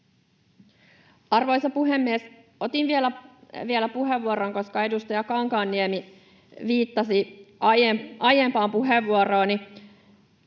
Arvoisa puhemies! Otin vielä puheenvuoron, koska edustaja Kankaanniemi viittasi aiempaan puheenvuorooni.